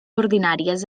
ordinàries